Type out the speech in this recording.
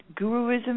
guruism